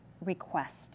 request